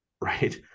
Right